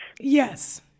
Yes